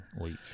week